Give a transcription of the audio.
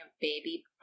baby